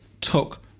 took